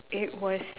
it was